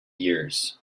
years